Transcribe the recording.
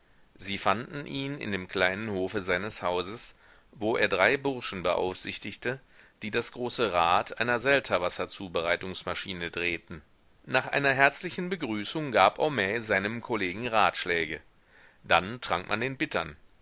sie fanden ihn in dem kleinen hofe seines hauses wo er drei burschen beaufsichtigte die das große rad einer selterwasserzubereitungsmaschine drehten nach einer herzlichen begrüßung gab homais seinem kollegen ratschläge dann trank man den bittern